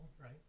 right